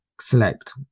select